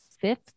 fifth